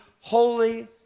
Holy